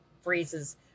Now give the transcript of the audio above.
phrases